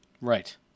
Right